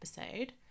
episode